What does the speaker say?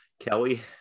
Kelly